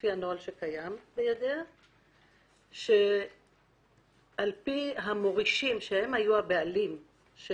לפי נוהל שקיים בידיה שעל פי המורישים שהיו הבעלים של